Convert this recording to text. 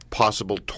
possible